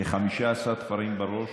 כ-15 תפרים בראש.